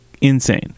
insane